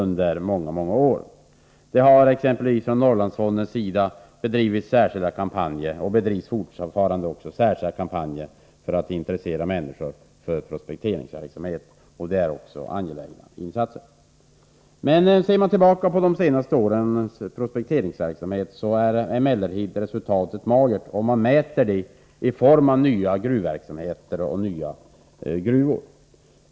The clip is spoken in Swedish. Norrlandsfonden har exempelvis bedrivit och bedriver fortfarande särskilda kampanjer för att intressera människor för prospekteringsverksamhet. Det är fråga om angelägna insatser. När man ser tillbaka på de senaste årens prospekteringsverksamhet finner man dock att resultatet är magert, mätt i form av nya gruvor och gruvverksamheter.